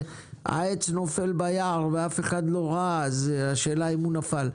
העץ נופל ביער ואף אחד לא ראה ואז יש שאלה אם הוא נפל.